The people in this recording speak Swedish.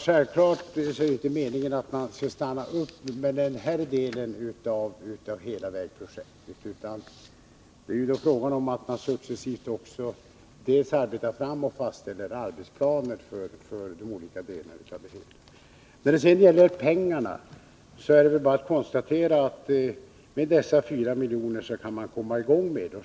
Herr talman! Det är självfallet inte meningen att man skall stanna upp med hela det här projektet i Kinna. Det är fråga om att man successivt arbetar fram och fastställer arbetsplaner för de olika delarna av vägen. När det gäller pengarna är det bara att konstatera att man med dessa 4 miljoner kan komma i gång.